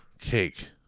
Cake